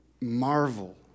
marvel